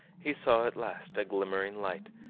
he saw at last a glimmering light,